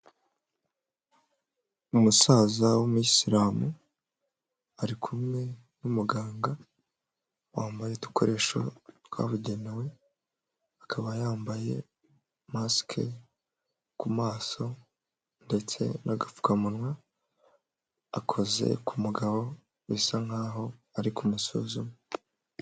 Umusaza w'umuyisilamu ari kumwe n'umuganga wambaye udukoresho twabugenewe. Akaba yambaye masike k'amaso ndetse n' agapfukamunwa. Akoze ku umugabo bisa nkaho ari kumusuzuma.